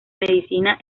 medicina